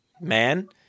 man